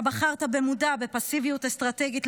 אתה בחרת במודע בפסיביות אסטרטגית,